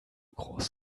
groß